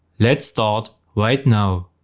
let's start right now.